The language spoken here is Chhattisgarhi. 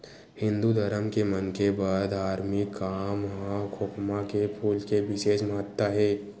हिंदू धरम के मनखे बर धारमिक काम म खोखमा के फूल के बिसेस महत्ता हे